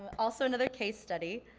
also another case study.